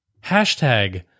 Hashtag